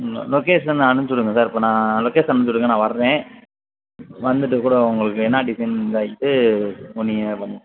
ம் லொகேசன் அனுப்பிச்சு விடுங்க சார் இப்போ நான் லொகேசன் அனுப்பிச்சு விடுங்க நான் வர்றேன் வந்துவிட்டு கூட உங்களுக்கு என்ன டிசைன் சொல்லிவிட்டு பொறுமையாக பண்ணுவோம்